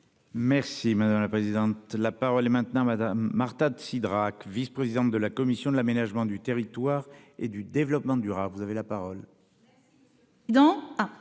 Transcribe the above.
Merci madame. Présidente. La parole est maintenant Madame Marta de Cidrac vice-, présidente de la commission de l'aménagement du territoire et du développement durable. Vous avez la parole.